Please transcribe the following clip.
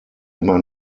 immer